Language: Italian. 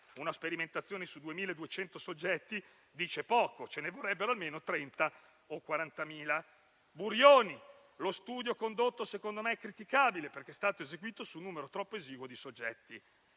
una sperimentazione su 2.200 soggetti dice poco e che ce ne vorrebbero almeno 30 o 40.000. Burioni dice che lo studio condotto secondo lui è criticabile, perché è stato eseguito su un numero troppo esiguo di soggetti.